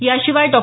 याशिवाय डॉ